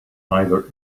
either